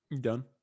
Done